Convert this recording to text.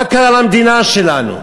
מה קרה למדינה שלנו?